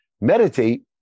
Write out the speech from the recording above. meditate